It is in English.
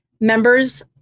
members